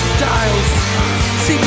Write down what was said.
Styles